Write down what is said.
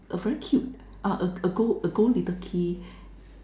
a very cute uh a a gold a gold little key